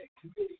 committee